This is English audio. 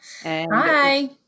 Hi